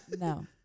No